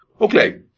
Okay